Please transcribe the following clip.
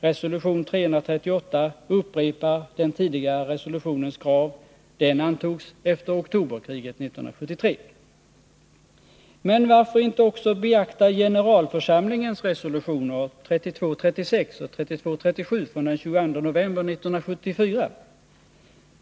Resolution 338 upprepar den tidigare resolutionens krav; den antogs efter oktoberkriget 1973. Men varför inte också beakta generalförsamlingens resolutioner 3236 och 3237 från den 22 november 1974?